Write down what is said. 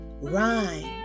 rhyme